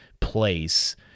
place